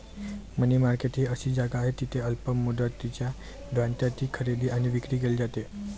मनी market ही अशी जागा आहे जिथे अल्प मुदतीच्या दायित्वांची खरेदी आणि विक्री केली जाते